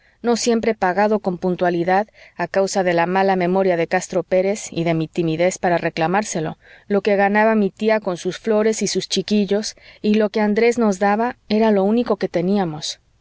no siempre pagado con puntualidad a causa de la mala memoria de castro pérez y de mi timidez para reclamárselo lo que ganaba mi tía con sus flores y sus chiquillos y lo que andrés nos daba era lo único que teníamos